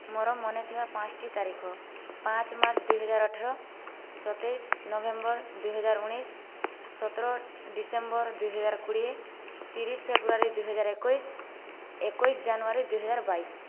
ମୋର ମନେଥିବା ପାଞ୍ଚଟି ତାରିଖ ପାଞ୍ଚ ମାର୍ଚ୍ଚ ଦୁଇହଜାର ଅଠର ସତେଇଶ ନଭେମ୍ବର ଦୁଇହଜାର ଉଣେଇଶ ସତର ଡିସେମ୍ବର ଦୁଇହଜାର କୋଡ଼ିଏ ତିରିଶ ଫେବୃଆରୀ ଦୁଇହଜାର ଏକୋଇଶ ଏକୋଇଶ ଜାନୁଆରୀ ଦୁଇହଜାର ବାଇଶ